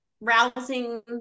rousing